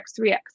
3X